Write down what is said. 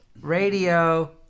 Radio